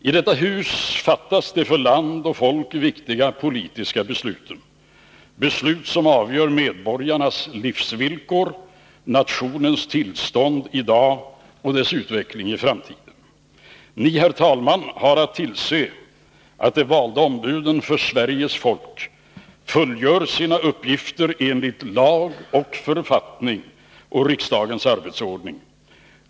I detta hus fattas de för land och folk viktiga politiska besluten, beslut som avgör medborgarnas livsvillkor, nationens tillstånd i dag och dess utveckling i framtiden. Ni, herr talman, har att tillse att de valda ombuden för Sveriges folk fullgör sina uppgifter enligt lag och författning och riksdagens arbetsordning.